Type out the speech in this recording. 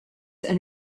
and